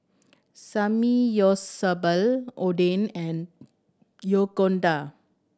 Samgyeopsal Oden and